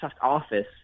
Office